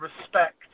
respect